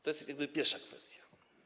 To jest pierwsza kwestia.